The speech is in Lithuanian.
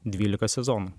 dvyliką sezonų